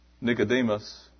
Nicodemus